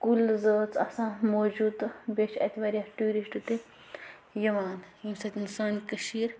کُلۍ زٲژ آسان موجوٗد تہٕ بیٚیہِ چھِ اَتہِ واریاہ ٹوٗرِشٹ تہِ یِوان ییٚمہِ سۭتۍ سٲنۍ کٔشیٖر